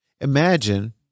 Imagine